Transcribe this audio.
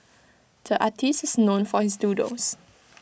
the artist is known for his doodles